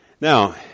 Now